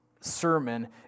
sermon